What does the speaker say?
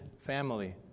family